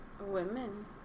Women